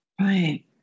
Right